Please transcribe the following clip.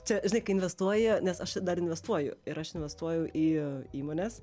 čia žinai kai investuoji nes aš dar investuoju ir aš investuoju į įmones